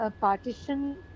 partition